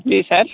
जी sir